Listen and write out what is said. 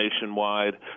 nationwide